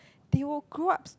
they will grow up